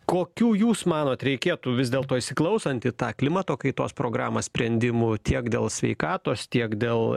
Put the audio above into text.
kokių jūs manot reikėtų vis dėlto įsiklausant tą klimato kaitos programą sprendimų tiek dėl sveikatos tiek dėl